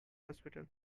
hospital